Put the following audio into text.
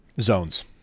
Zones